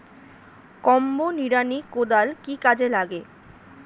Combo নিড়ানি কোদাল কি কাজে লাগে?